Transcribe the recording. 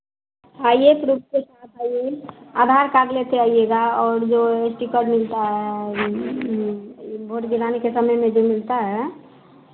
आइए प्रूफ के साथ आइए आधार कार्ड लेते आइएगा और जो टिकट मिलता है वोट गिराने के समय में जो मिलता है